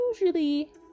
Usually